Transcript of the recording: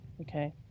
Okay